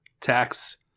tax